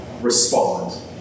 respond